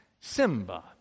Simba